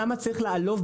זאת תפיסת עולם,